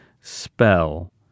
spell